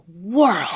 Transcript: world